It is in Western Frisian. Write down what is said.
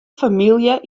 famylje